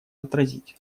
отразить